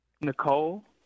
Nicole